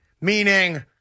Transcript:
meaning